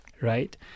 right